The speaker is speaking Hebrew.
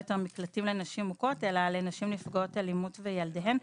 יותר מקלט לנשים מוכות אלא לנשים נפגעות אלימות וילדיהן.